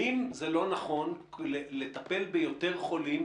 האם זה לא נכון לטפל ביותר חולים,